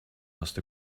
must